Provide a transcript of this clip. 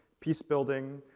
peace building,